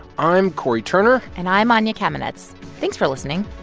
i'm cory turner and i'm anya kamenetz. thanks for listening